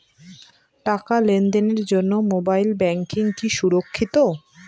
টাকা লেনদেনের জন্য মোবাইল ব্যাঙ্কিং কি সুরক্ষিত?